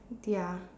ya